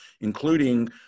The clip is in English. including